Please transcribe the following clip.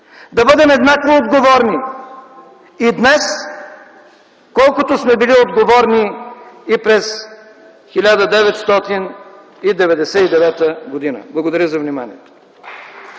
да бъдем еднакво отговорни и днес, колкото сме били отговорни и през 1999 г. Благодаря за вниманието.